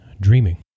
dreaming